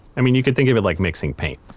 i mean you can think of it like mixing paint.